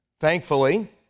Thankfully